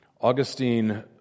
Augustine